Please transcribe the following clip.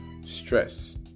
stress